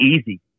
easy